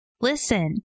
Listen